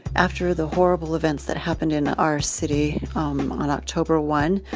after the horrible events that happened in our city um on october one,